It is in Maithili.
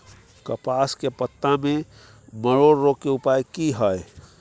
कपास के पत्ता में मरोड़ रोग के उपाय की हय?